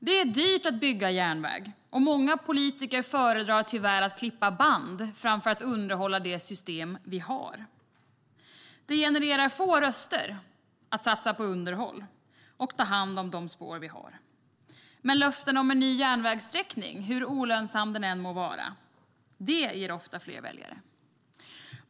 Det är dyrt att bygga järnväg, och många politiker föredrar tyvärr att klippa band framför att underhålla det system vi har. Det genererar få röster att satsa på underhåll och att ta hand om de spår vi har. Men löften om en ny järnvägssträckning, hur olönsam den än må vara, ger ofta fler väljare.